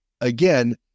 again